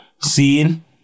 Seeing